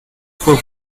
fue